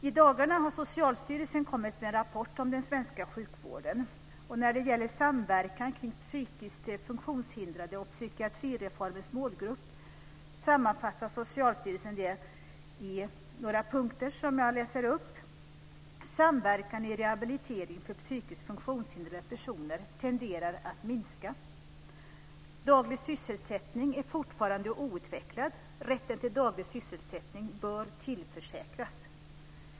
I dagarna har Socialstyrelsen kommit med en rapport om den svenska sjukvården. När det gäller samverkan kring psykiskt funktionshindrade och psykiatrireformens målgrupp sammanfattar Socialstyrelsen det i några punkter som jag här läser upp. · Samverkan i rehabilitering för psykiskt funktionshindrade personer tenderar att minska. Rätten till daglig sysselsättning bör tillförsäkras.